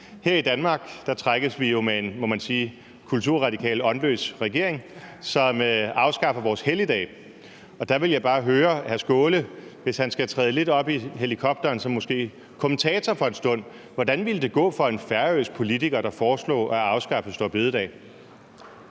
Her i Danmark trækkes vi med en kulturradikal, åndløs regering, må man sige, som afskaffer vores helligdage, og der vil jeg bare høre hr. Sjúrður Skaale om noget. Hvis han skal træde lidt op i helikopteren og være kommentator for en stund, hvordan ville det så gå for en færøsk politiker, der foreslog at afskaffe store bededag?